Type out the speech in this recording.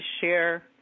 share